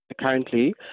currently